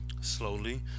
Slowly